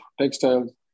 textiles